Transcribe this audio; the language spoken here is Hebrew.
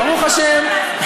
ברוך השם,